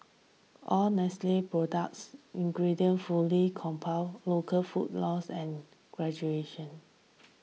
all Nestle product ingredients fully compound local food laws and graduation